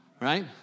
Right